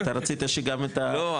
אתה רצית שגם את ה- -- לא,